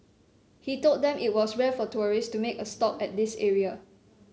he told them it was rare for tourists to make a stop at this area